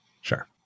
Sure